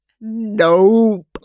Nope